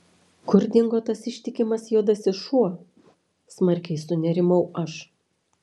kur dingo tas ištikimas juodasis šuo smarkiai sunerimau aš